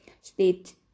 state